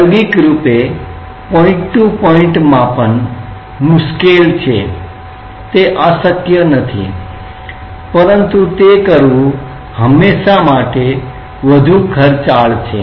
પ્રાયોગિક રૂપે point to point માપન મુશ્કેલ છે તે અશક્ય નથી પરંતુ તે કરવું હંમેશાં વધુ ખર્ચાળ છે